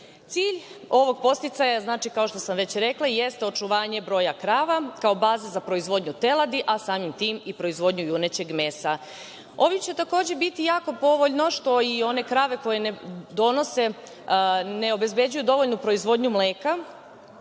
ovog podsticaja je, kao što sam već rekla, očuvanje broja krava kao baza za proizvodnju teladi, a samim tim i proizvodnja junećeg mesa. Ovim će, takođe, biti jako povoljno što će one krave koje ne obezbeđuju dovoljnu proizvodnju mleka